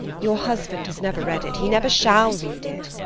your husband has never read it. he never shall read it.